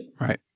Right